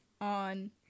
on